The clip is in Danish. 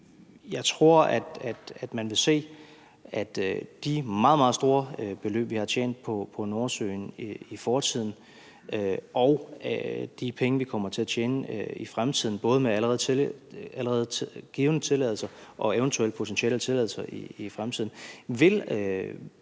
jeg tror, at man vil se, at de meget, meget store beløb, vi har tjent på Nordsøen i fortiden, og de penge, vi kommer til at tjene i fremtiden – både med de allerede givne tilladelser og eventuelle potentielle tilladelser i fremtiden – samlet set og